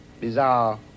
bizarre